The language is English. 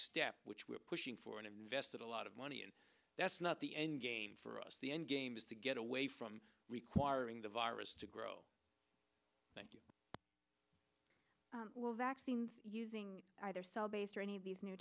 step which we're pushing for and invested a lot of money and that's not the end game for us the end game is to get away from requiring the virus to grow thank you using either cell based or any of these new